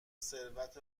ثروت